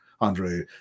andre